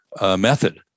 method